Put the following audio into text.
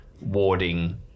warding